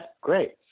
great